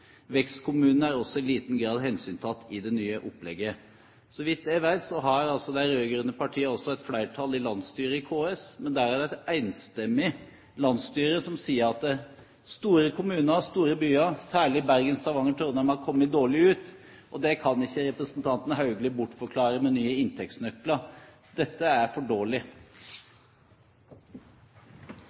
er også i liten grad hensyntatt i det nye opplegget.» Så vidt jeg vet, har de rød-grønne partiene også et flertall i landsstyret i KS, men der er det et enstemmig landsstyre som sier at store kommuner og store byer, særlig Bergen, Stavanger og Trondheim, har kommet dårlig ut. Det kan ikke representanten Haugli bortforklare med nye inntektsnøkler. Dette er for dårlig.